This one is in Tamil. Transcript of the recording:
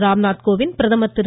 ராம்நாத் கோவிந்த் பிரதமர் திரு